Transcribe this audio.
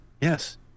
Yes